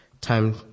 Time